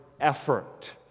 effort